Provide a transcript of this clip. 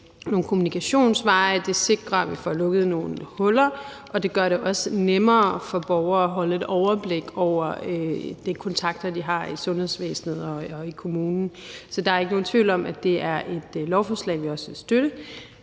nogle kommunikationsveje, det sikrer, at vi får lukket nogle huller, og det gør det også nemmere for borgere at få et overblik over de kontakter, de har i sundhedsvæsenet og i kommunen. Så der er ikke nogen tvivl om, at det er et lovforslag, vi også vil støtte.